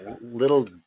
Little